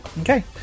Okay